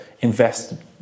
invest